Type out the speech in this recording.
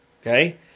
Okay